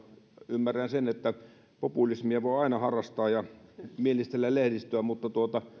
ymmärrän sen että populismia voi aina harrastaa ja mielistellä lehdistöä mutta